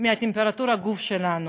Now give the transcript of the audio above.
מטמפרטורת הגוף שלנו.